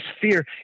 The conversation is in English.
fear